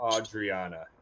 Adriana